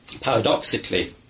paradoxically